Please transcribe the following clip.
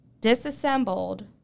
disassembled